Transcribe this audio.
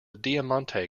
diamante